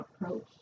approach